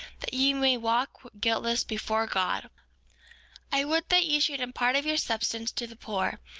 that ye may walk guiltless before god i would that ye should impart of your substance to the poor,